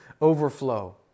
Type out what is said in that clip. overflow